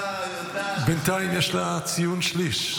בינתיים יש לה ציון שליש.